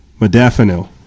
modafinil